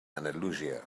andalusia